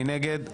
מי נגד?